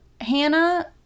Hannah